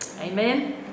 Amen